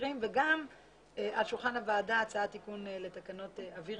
המדבירים וגם על שולחן הוועדה הצעת תיקון לתקנות אוויר